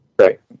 Right